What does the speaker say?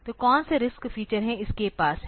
तो कौन से RISC फीचर इसके पास हैं